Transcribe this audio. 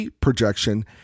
projection